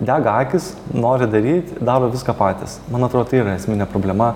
dega akys nori daryt daro viską patys man atro tai yra esminė problema